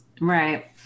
Right